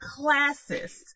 classist